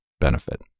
benefit